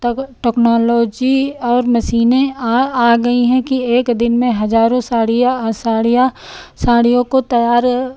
टक टेक्नोलॉजी और मशीनें आ आ गई हैं कि एक दिन में हज़ारों साड़ियाँ साड़ियाँ साड़ियों को तैयार